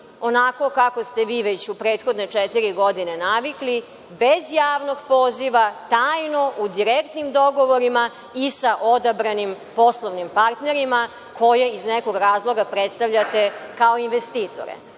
onako kako ste vi već u prethodne četiri godine navikli, bez javnog poziva, tajno u direktnim dogovorima i sa odabranim poslovnim partnerima koje iz nekog razloga predstavljate kao investitore. Ono